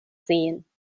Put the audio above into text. sehen